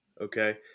okay